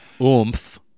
oomph